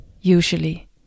usually